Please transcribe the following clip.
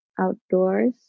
outdoors